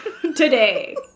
Today